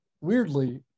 Weirdly